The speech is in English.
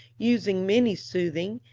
using many soothing,